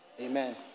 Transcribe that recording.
Amen